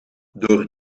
door